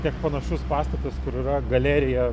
kiek panašus pastatas kur yra galerija